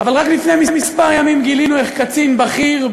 אבל רק לפני כמה ימים גילינו איך קצין בכיר,